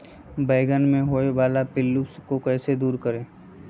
बैंगन मे होने वाले पिल्लू को कैसे दूर करें?